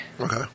Okay